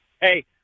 hey